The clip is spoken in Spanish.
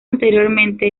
anteriormente